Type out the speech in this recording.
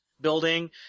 building